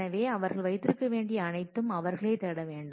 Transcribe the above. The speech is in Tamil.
எனவே அவர்கள் வைத்திருக்கவேண்டிய அனைத்தும் அவர்களே தேட வேண்டும்